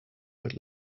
but